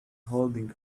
holding